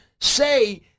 say